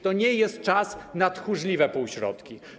To nie jest czas na tchórzliwe półśrodki.